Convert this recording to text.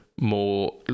more